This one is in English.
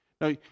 Now